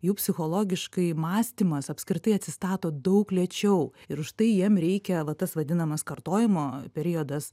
jų psichologiškai mąstymas apskritai atsistato daug lėčiau ir už tai jiem reikia va tas vadinamas kartojimo periodas